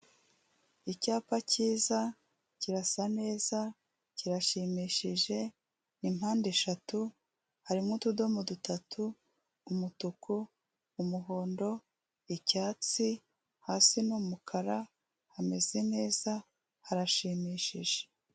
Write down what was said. Icyapa cyiza, kirasa neza, kirashimishije, ni impande eshatu, harimo utudomo dutatu, umutuku, umuhondo, icyatsi, hasi ni umukara, hameze neza, harashimishije.